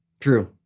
true,